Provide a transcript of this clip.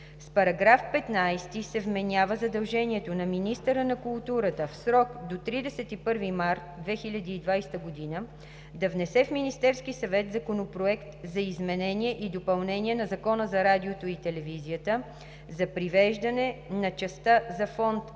С § 15 се вменява задължението на министъра на културата в срок до 31 март 2020 г. да внесе в Министерския съвет Законопроект за изменение и допълнение на Закона за радиото и телевизията за привеждане на частта за фонд